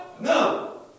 No